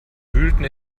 wühlten